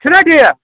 چھُنا ٹھیٖک